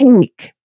take